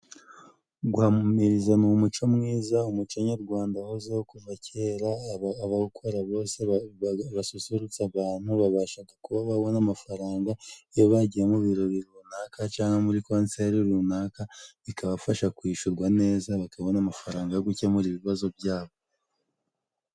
Guhamiriza ni umuco mwiza ,umuco nyarwanda wahozeho kuva kera abawukora bose basusurutsa abantu babashaga kuba babona amafaranga, iyo bagiye mu birori runaka cangwa muri konseri runaka bikabafasha kwishurwa neza bakabona amafaranga yo gukemura ibibazo byabo.